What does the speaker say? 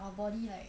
our body like